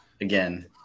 Again